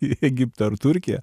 į egiptą ar turkiją